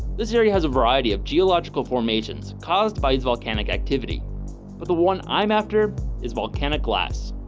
this area has a variety of geological formations caused by it's volcanic activity. but the one i'm after is volcanic glass,